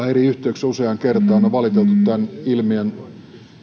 eri yhteyksissä useaan kertaan valiteltu tämän ilmiön